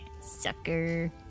Sucker